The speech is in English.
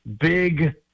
big